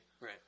Right